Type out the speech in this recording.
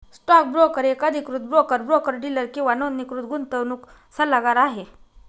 stock broker एक अधिकृत broker, broker dealer किंवा नोंदणीकृत गुंतवणूक सल्लागार आहे